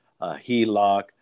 HELOC